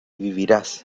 vivirás